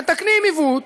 מתקנים עיוות.